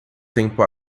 tempo